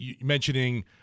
mentioning